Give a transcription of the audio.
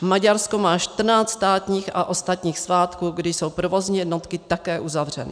Maďarsko má 14 státních a ostatních svátků, kdy jsou provozní jednotky také uzavřeny.